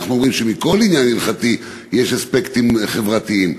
אנחנו אומרים שלכל עניין הלכתי יש אספקטים חברתיים,